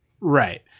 Right